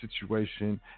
situation